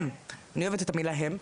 אני אוהבת את המילה הם,